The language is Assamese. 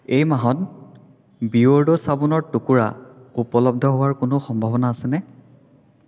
এই মাহত বিয়'ৰ্ড' চাবোনৰ টুকুৰা উপলব্ধ হোৱাৰ কোনো সম্ভাৱনা আছেনে